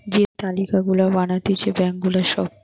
যে তালিকা গুলা বানাতিছে ব্যাঙ্ক গুলার সব